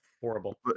Horrible